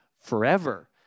forever